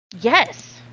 Yes